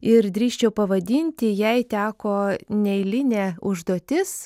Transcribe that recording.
ir drįsčiau pavadinti jai teko neeilinė užduotis